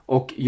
Och